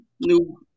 new